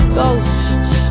ghosts